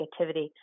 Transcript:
negativity